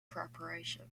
preparation